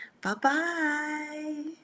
Bye-bye